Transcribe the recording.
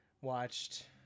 watched